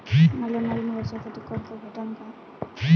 मले नवीन वर्षासाठी कर्ज भेटन का?